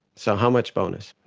so how much bonus?